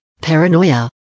paranoia